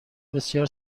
بسیار